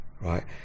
right